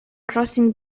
crossing